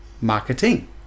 marketing